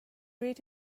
read